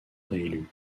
réélu